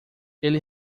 ele